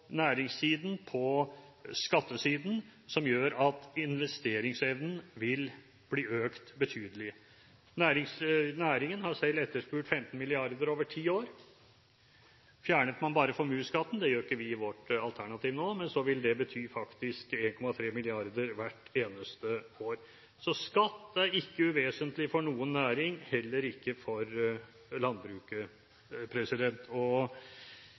næringssiden, på skattesiden, som gjør at investeringsevnen vil bli økt betydelig. Næringen har selv etterspurt 15 mrd. kr over ti år. Fjernet man bare formuesskatten – det gjør ikke vi i vårt alternativ nå – ville det faktisk bety 1,3 mrd. kr hvert eneste år. Så skatt er ikke uvesentlig for noen næring, heller ikke for landbruket.